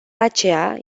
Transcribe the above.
aceea